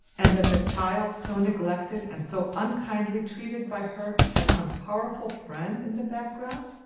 and that the child so neglected and so unkindly treated by her had some powerful friend in the background?